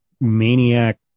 maniac